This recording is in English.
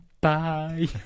Bye